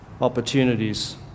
opportunities